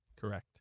Correct